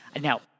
Now